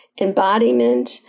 embodiment